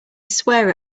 swear